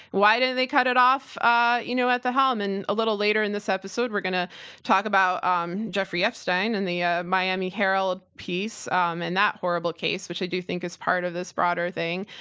why did they cut it off, ah you know, at the helm? and a little later in this episode we're gonna talk about um jeffery epstein, and the ah miami herald piece, um and that horrible which i do think is part of this broader thing.